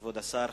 כבוד השר,